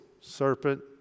serpent